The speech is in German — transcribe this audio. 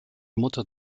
mutter